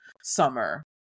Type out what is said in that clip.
summer